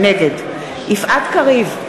נגד יפעת קריב,